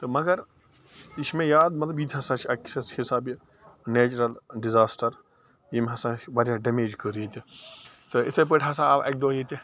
تہٕ مگر یہِ چھُ مےٚ یاد مطلب یہِ تہِ ہسا چھُ اَکہِ حِسابہٕ یہِ نیچرَل ڈِزاسٹَر ییٚمۍ ہسا اسہِ واریاہ ڈمیج کٔر ییٚتہِ تہٕ یتھٔے پٲٹھۍ ہسا آو اَکہِ دۄہ ییٚتہِ